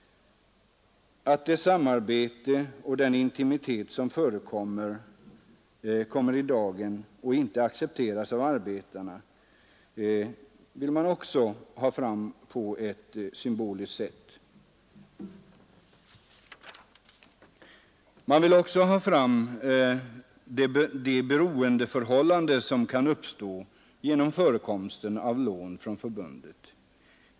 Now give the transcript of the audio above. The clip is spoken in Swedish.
Att det samarbete och den intimitet som förekommer kommer i dagen och inte accepteras av arbetarna vill man också visa fram på ett symboliskt sätt. Man vill dessutom ha fram det beroendeförhållande som kan uppstå genom förekomsten av lån från förbundet.